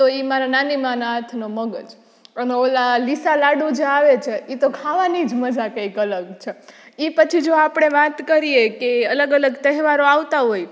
તો ઈ મારા નાનીમાંના હાથનો મગજ અને ઓલા લિસા લાડુ જે આવે છે ઈ તો ખાવાની જ મજા કંઈક અલગ છે ઈ પછી જો આપણે જો વાત કરીએ કે અલગ અલગ તહેવારો આવતા હોય